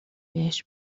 بهش